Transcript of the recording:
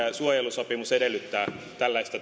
sopimus edellyttää tällaista